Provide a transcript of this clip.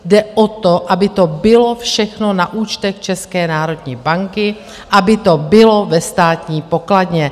Jde o to, aby to bylo všechno na účtech České národní banky, aby to bylo ve Státní pokladně.